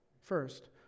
first